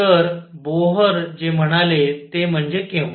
तर बोहर जे म्हणाले ते म्हणजे केव्हा